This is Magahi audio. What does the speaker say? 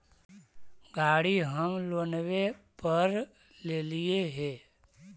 गाड़ी हम लोनवे पर लेलिऐ हे?